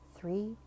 three